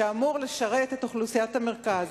שאמור לשרת את אוכלוסיית המרכז.